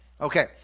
Okay